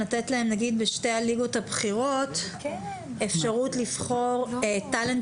לתת להם נגיד בשתי הליגות הבכירות אפשרות לבחור טאלנט